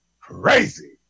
crazy